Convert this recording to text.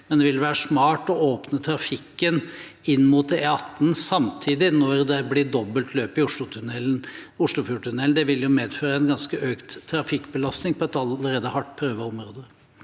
men det vil være smart å åpne trafikken inn mot E18 samtidig når det blir dobbelt løp i Oslofjordtunnelen. Det vil medføre en ganske økt trafikkbelastning på et allerede hardt prøvd område.